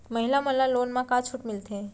महिला मन ला लोन मा का छूट मिलथे?